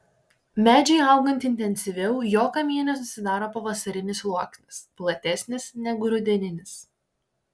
medžiui augant intensyviau jo kamiene susidaro pavasarinis sluoksnis platesnis negu rudeninis